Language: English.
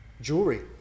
jewelry